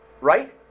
right